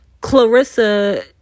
Clarissa